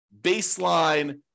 baseline